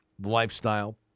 lifestyle